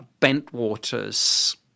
Bentwaters